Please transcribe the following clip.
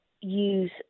use